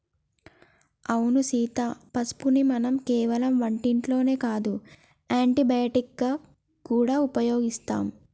అవును సీత పసుపుని మనం కేవలం వంటల్లోనే కాదు యాంటీ బయటిక్ గా గూడా ఉపయోగిస్తాం